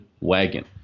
Wagon